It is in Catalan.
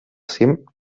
cim